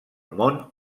món